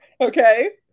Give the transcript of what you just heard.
Okay